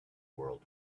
world